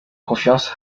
confiance